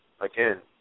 Again